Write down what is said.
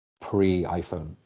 pre-iphone